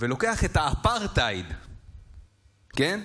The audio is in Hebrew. ולוקח את האפרטהייד, כן?